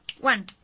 One